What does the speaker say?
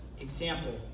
example